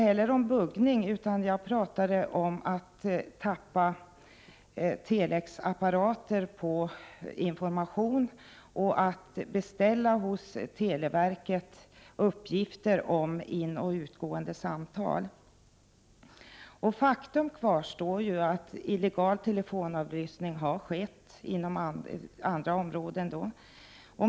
Jag talade inte om buggning utan jag talade om att tappa information från telexapparater och att hos televerket beställa uppgifter om inoch utgående samtal. Faktum kvarstår, nämligen att illegal telefonavlyssning har skett inom andra områden.